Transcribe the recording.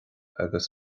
agus